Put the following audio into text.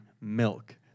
milk